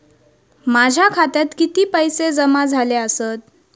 माझ्या खात्यात किती पैसे जमा झाले आसत?